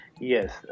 Yes